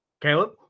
caleb